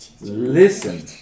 listen